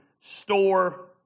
store